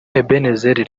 ebenezer